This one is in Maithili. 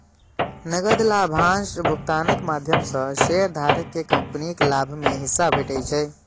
नकद लाभांश भुगतानक माध्यम सं शेयरधारक कें कंपनीक लाभ मे हिस्सा भेटै छै